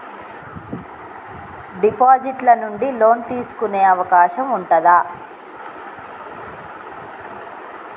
Deposit ల నుండి loan తీసుకునే అవకాశం ఉంటదా?